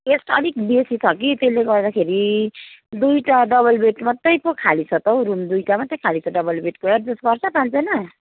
guest अलिक बेसी छ कि त्यसले गर्दाखेरि दुईवटा डबल बेड मात्रै पो खाली छ त हौ रुम दुईवटा मात्रै खाली छ डबल बेडको एड्जस्ट गर्छ पाँचजना